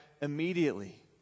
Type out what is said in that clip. immediately